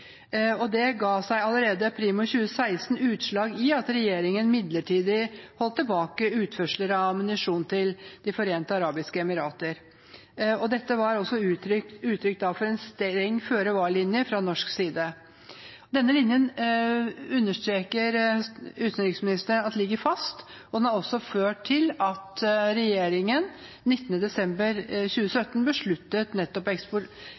Det ga seg allerede primo 2016 utslag i at regjeringen midlertidig holdt tilbake utførsler av ammunisjon til De forente arabiske emirater. Dette var uttrykk for en streng føre var-linje fra norsk side. Denne linjen ligger fast, understreker utenriksministeren, og den har også ført til at regjeringen den 19. desember 2017 besluttet å suspendere eksport